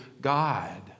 God